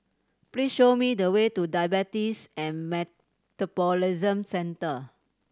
please show me the way to Diabetes and Metabolism Centre